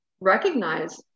recognize